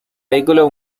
vehículo